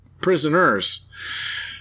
prisoners